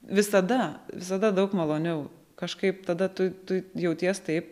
visada visada daug maloniau kažkaip tada tu tu jauties taip